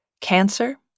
cancer